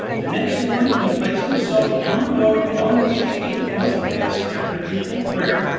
the next morning he placed himself on the road along which the caliph must pass after mid-day prayer,